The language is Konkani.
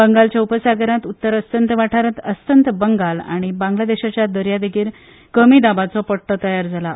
बंगालच्या उपसागरांत उत्तर अस्तंत वाठारांत अस्तंत बंगाल आनी बांगलादेशाच्या दर्यादेगेर कमी दाबाचो पट्टो तयार जाता